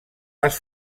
les